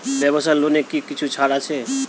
ব্যাবসার লোনে কি কিছু ছাড় আছে?